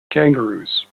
kangaroos